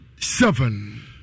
seven